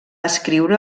escriure